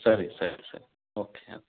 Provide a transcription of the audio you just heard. ಸರಿ ಸರಿ ಸರಿ ಓಕೆ ಓಕೆ